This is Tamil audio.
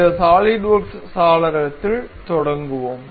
இந்த சாலிட்வொர்க்ஸ் சாளரத்தில் தொடங்குவோம்